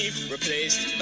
Replaced